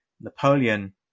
napoleon